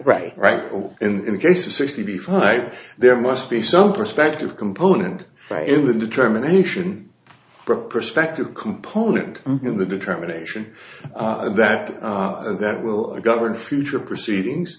right right in the case of sixty five there must be some perspective component in the determination of perspective component in the determination that that will govern future proceedings